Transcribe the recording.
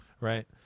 right